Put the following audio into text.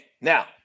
Now